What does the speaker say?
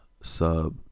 sub